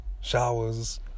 showers